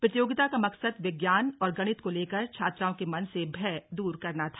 प्रतियोगिता का मकसद विज्ञान और गणित को लेकर छात्राओं के मन से भय दूर करना था